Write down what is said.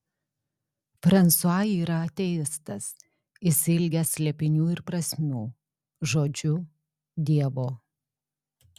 fransua yra ateistas išsiilgęs slėpinių ir prasmių žodžiu dievo